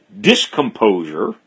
discomposure